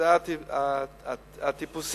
זה התירוץ